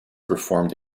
performed